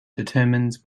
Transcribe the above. determines